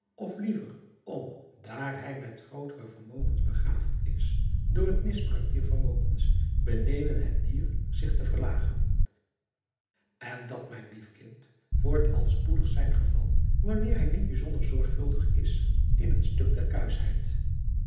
of liever om daar adriaan loosjes pzn het leven van hillegonda buisman hij met grootere vermogens begaafd is door het misbruik dier vermogens beneden het dier zich te verlagen en dat mijn lief kind wordt al spoedig zijn geval wanneer hij niet bijzonder zorgvuldig is in het stuk